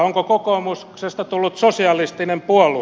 onko kokoomuksesta tullut sosialistinen puolue